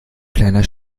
kleiner